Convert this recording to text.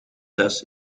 zes